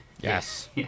Yes